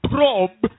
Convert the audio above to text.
Probe